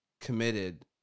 committed